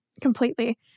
Completely